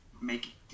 make